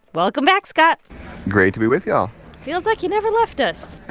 welcome back, scott great to be with y'all feels like you never left us